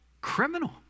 criminal